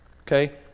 Okay